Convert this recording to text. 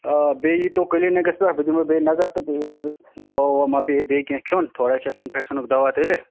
بیٚیہِ یی تَو کِلِنِکَس پٮ۪ٹھ بہٕ دِمَو بیٚیہِ نظر تہٕ بہٕ وُچھ دوا ووا ما پیٚیہِ بیٚیہِ کیٚنہہ کھیٚون تھوڑا کھیٚکھ اِنفیٚکشَنُک دوا تیٚلہِ